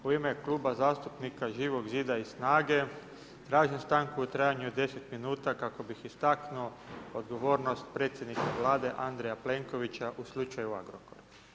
U ime Kluba zastupnika Živog zida i SNAGA-e tražim stanku u trajanju od 10 minuta kako bih istaknuo odgovornost predsjednika Vlade Andreja Plenkovića u slučaju Agrokor.